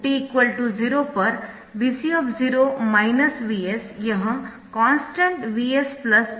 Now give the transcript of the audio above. तो t 0 पर Vc Vs यह कॉन्स्टन्टVs Vc10 है